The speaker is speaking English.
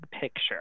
picture